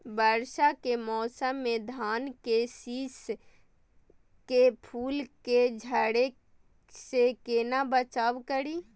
वर्षा के मौसम में धान के शिश के फुल के झड़े से केना बचाव करी?